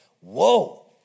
whoa